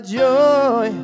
joy